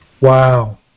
Wow